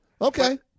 Okay